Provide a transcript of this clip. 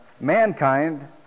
mankind